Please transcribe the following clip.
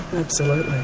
absolutely.